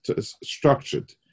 structured